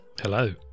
Hello